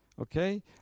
okay